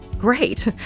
Great